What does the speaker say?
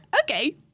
Okay